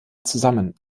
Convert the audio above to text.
zusammen